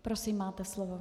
Prosím, máte slovo.